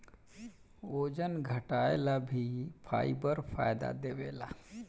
ओजन घटाएला भी फाइबर फायदा देवेला